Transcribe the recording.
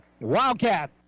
Wildcat